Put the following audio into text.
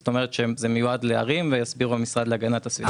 כלומר זה מיועד לערים ויסבירו המשרד להגנת הסביבה.